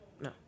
No